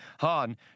Han